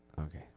Okay